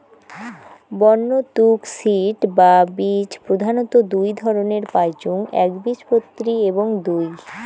বন্য তুক সিড বা বীজ প্রধানত দুই ধরণের পাইচুঙ একবীজপত্রী এবং দুই